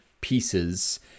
pieces